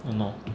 ya lor